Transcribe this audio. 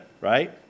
right